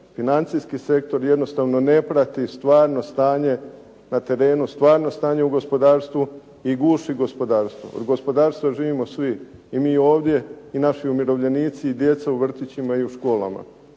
Financijski sektor jednostavno ne prati stvarno stanje na terenu, stvarno stanje u gospodarstvu i guši gospodarstvo. Od gospodarstva živimo svi. i mi ovdje i naši umirovljenici i djeca u vrtićima i školama.